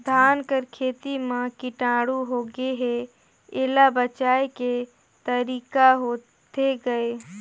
धान कर खेती म कीटाणु होगे हे एला बचाय के तरीका होथे गए?